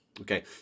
okay